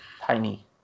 Tiny